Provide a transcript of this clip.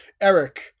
Eric